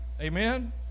amen